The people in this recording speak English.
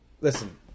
listen